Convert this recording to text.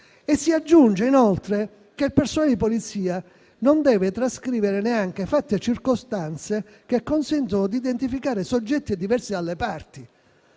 Si aggiunge inoltre che il personale di polizia non deve trascrivere neanche fatti e circostanze che consentano di identificare soggetti diversi dalle parti.